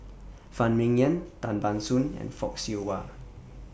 Phan Ming Yen Tan Ban Soon and Fock Siew Wah